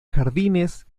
jardines